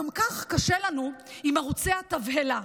גם כך קשה לנו עם ערוצי התבהלה.